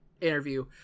interview